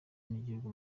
n’igihugu